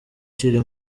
ukiri